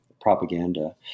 propaganda